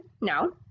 no